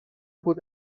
بود